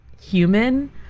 human